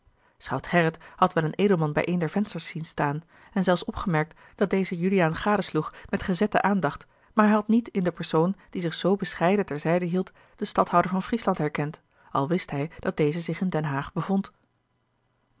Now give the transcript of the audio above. schout gerrit had wel een edelman bij een der vensters zien staan en zelfs opgemerkt dat deze juliaan gadesloeg met gezette aandacht maar hij had niet in den persoon die zich zoo bescheiden ter zijde hield den stadhouder van friesland herkend al wist hij dat deze zich in den haag bevond